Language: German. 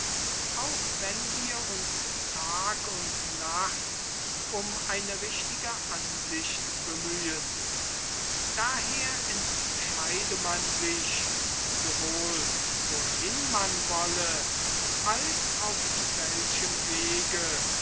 auch wenn wir uns tag und nacht um eine richtige ansicht bemühen daher entscheide man sich sowohl wohin man wolle als auf welchem wege